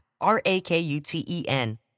R-A-K-U-T-E-N